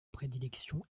prédilection